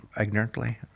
ignorantly